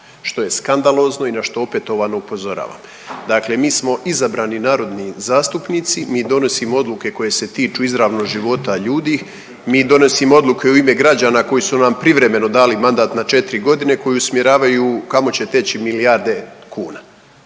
što je skandalozno i na što opetovano upozoravam. Dakle mi smo izabrani narodni zastupnici i mi donosimo odluke koje se tiču izravno života ljudi, mi donosimo odluke u ime građana koji su nam privremeno dali mandat na 4.g., koji usmjeravaju kamo će teći milijarde kuna